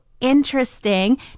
Interesting